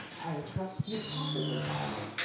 i trust you profited by it?